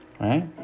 right